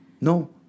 No